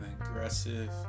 aggressive